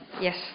Yes